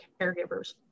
caregivers